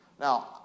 Now